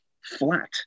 flat